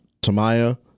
Tamaya